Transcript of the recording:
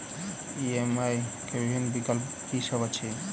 EMI केँ विभिन्न विकल्प की सब अछि